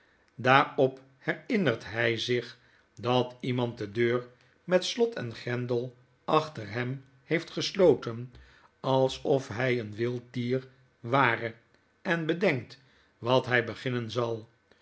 daarop herinnert hij zich dat iemand de deur met slot en grendel achter hem heeft gesloten alsof hij een wild dier ware enbedenktwathg beginnen zal